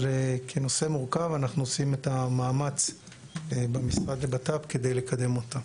אבל כנושא מורכב אנחנו עושים את המאמץ במשרד לבט"פ כדי לקדם אותם.